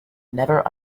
never